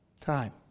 time